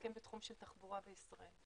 שעוסקים בתחום של תחבורה בישראל.